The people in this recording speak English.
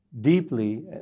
deeply